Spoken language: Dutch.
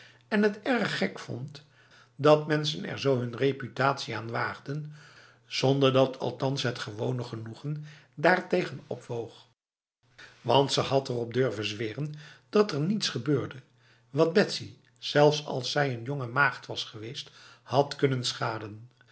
en het erg gek vond dat mensen er zo hun reputatie aan waagden zonder dat althans het gewone genoegen daartegen opwoog want ze had erop durven zweren dat er niets gebeurde wat betsy zelfs als zij een jonge maagd was geweest had kunnen schaden